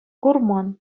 курман